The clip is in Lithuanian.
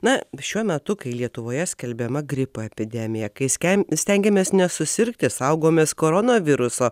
na šiuo metu kai lietuvoje skelbiama gripo epidemija kai skem stengiamės nesusirgti saugomės korona viruso